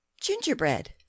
gingerbread